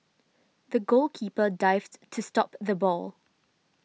the goalkeeper dived to stop the ball